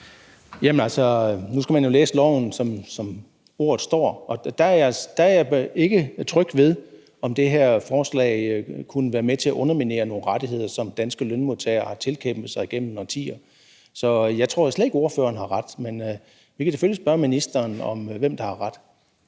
Rasmussen (EL): Nu skal man jo læse lovforslaget, som ordet står. Der er jeg ikke tryg ved, om det her forslag kunne være med til at underminere nogle rettigheder, som danske lønmodtagere har tilkæmpet sig igennem årtier. Så jeg tror slet ikke, ordføreren har ret. Men vi kan selvfølgelig spørge ministeren om, hvem der har ret.